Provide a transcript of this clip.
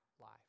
life